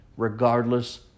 Regardless